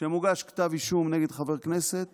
כשמוגש כתב אישום נגד חבר כנסת